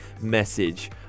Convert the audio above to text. message